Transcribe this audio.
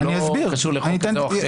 זה לא קשור לחוק כזה או אחר.